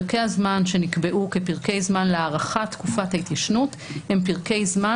פרקי הזמן שנקבעו כפרקי זמן להארכת תקופת ההתיישנות הם פרקי זמן